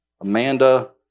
Amanda